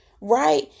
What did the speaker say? right